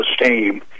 esteem